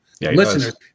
listeners